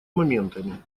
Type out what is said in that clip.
моментами